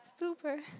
Super